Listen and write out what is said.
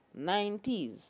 90s